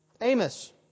Amos